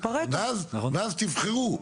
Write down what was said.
ואז תבחרו.